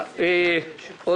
הצבעה בעד,